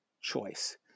choice